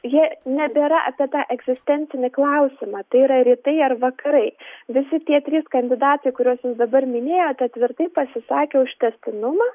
jie nebėra apie tą egzistencinį klausimą tai yra rytai ar vakarai visi tie trys kandidatai kuriuos jūs dabar minėjote tvirtai pasisakė už tęstinumą